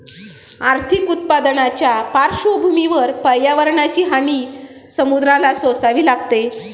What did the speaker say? आर्थिक उत्पन्नाच्या पार्श्वभूमीवर पर्यावरणाची हानी समुद्राला सोसावी लागते